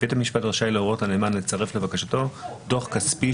בית המשפט רשאי להורות לנאמן לצרף לבקשתו דוח כספי